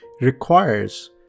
requires